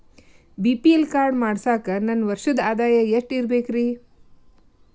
BPL card ಮಾಡ್ಸಾಕ ನನ್ನ ವರ್ಷದ್ ಆದಾಯ ಎಷ್ಟ ಇರಬೇಕ್ರಿ?